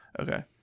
okay